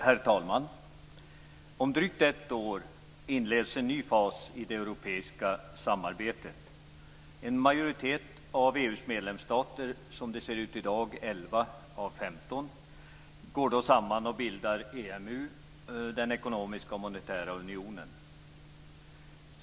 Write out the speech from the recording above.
Herr talman! Om drygt ett år inleds en ny fas i det europeiska samarbetet. En majoritet av EU:s medlemsstater - som det ser ut i dag 11 av 15 - går då samman och bildar den ekonomiska och monetära unionen, EMU.